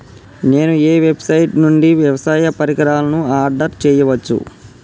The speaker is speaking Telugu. నేను ఏ వెబ్సైట్ నుండి వ్యవసాయ పరికరాలను ఆర్డర్ చేయవచ్చు?